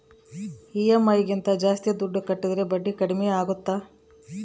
EMI ಗಿಂತ ಜಾಸ್ತಿ ದುಡ್ಡು ಕಟ್ಟಿದರೆ ಬಡ್ಡಿ ಕಡಿಮೆ ಆಗುತ್ತಾ?